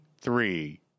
three